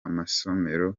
amasomero